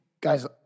Guys